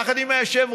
יחד עם היושב-ראש,